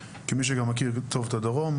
כמי שמכיר טוב את הדרום,